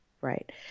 Right